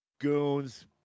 goons